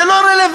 זה לא רלוונטי.